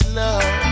love